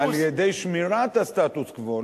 על-ידי שמירת הססטוס-קוו.